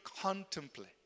contemplate